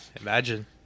Imagine